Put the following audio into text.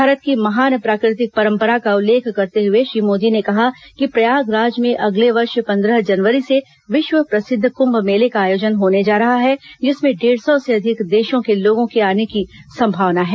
भारत की महान प्राकृतिक परंपरा का उल्लेख करते हुए श्री मोदी ने कहा कि प्रयागराज में अगले वर्ष पंद्रह जनवरी से विश्व प्रसिद्ध कुंभ मेले का आयोजन होने जा रहा है जिसमें डेढ़ सौ से अधिक देशों के लोगों के आने की संभावना है